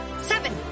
Seven